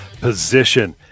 position